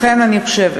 לכן אני חושבת,